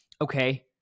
okay